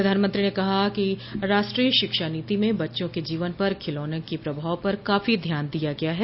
प्रधानमंत्री ने कहा कि राष्ट्रीय शिक्षा नीति में बच्चों के जीवन पर खिलौनों के प्रभाव पर काफी ध्यान दिया गया है